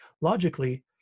logically